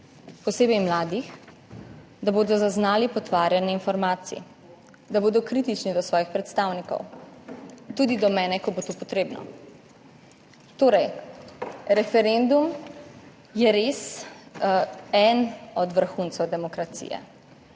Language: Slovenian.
posebej mladih, da bodo zaznali potvarjanje informacij, da bodo kritični do svojih predstavnikov, tudi do mene, ko bo to potrebno. Torej, referendum je res en od vrhuncev demokracije.